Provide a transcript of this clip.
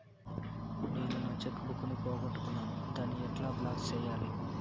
నేను నా cheque book ను పోగొట్టుకున్నాను దాన్ని ఎట్లా బ్లాక్ సేయాలి?